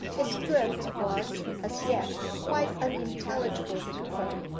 his drift was, as yet, quite unintelligible to her.